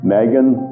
Megan